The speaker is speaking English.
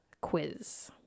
quiz